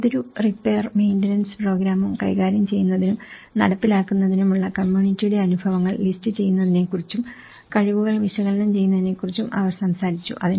ഏതൊരു repair maintenance പ്രോഗ്രാമും കൈകാര്യം ചെയ്യുന്നതിനും നടപ്പിലാക്കുന്നതിനുമുള്ള കമ്മ്യൂണിറ്റിയുടെ അനുഭവങ്ങൾ ലിസ്റ്റുചെയ്യുന്നതിനെക്കുറിച്ചും കഴിവുകൾ വിശകലനം ചെയ്യുന്നതിനെക്കുറിച്ചും അവർ സംസാരിച്ചു